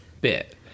bit